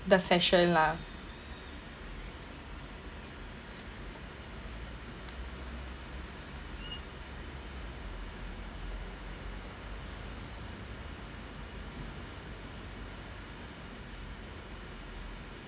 the session lah